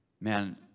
Man